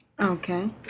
Okay